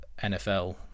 NFL